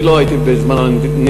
אני לא הייתי בזמן הנתיחה,